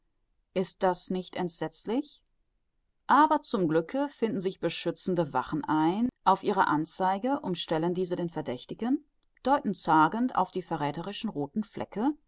ist das nicht entsetzlich aber zum glücke finden sich beschützende wachen ein auf ihre anzeige umstellen diese den verdächtigen deuten zagend auf die verrätherischen rothen flecke